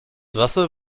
wasser